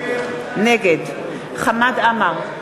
נגד חמד עמאר,